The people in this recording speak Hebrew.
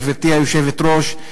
גברתי היושבת-ראש,